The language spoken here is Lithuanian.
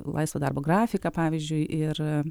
laisvą darbo grafiką pavyzdžiui ir